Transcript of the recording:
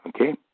Okay